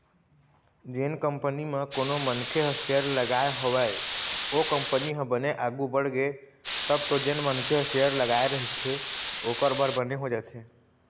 जेन कंपनी म कोनो मनखे ह सेयर लगाय हवय ओ कंपनी ह बने आघु बड़गे तब तो जेन मनखे ह शेयर लगाय रहिथे ओखर बर बने हो जाथे